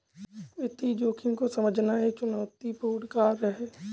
वित्तीय जोखिम को समझना एक चुनौतीपूर्ण कार्य है